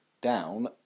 down